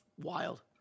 wild